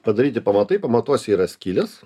padaryti pamatai pamatuose yra skylės